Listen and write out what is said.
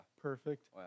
perfect